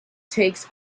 takes